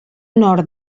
nord